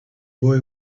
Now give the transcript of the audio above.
boy